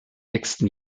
nächsten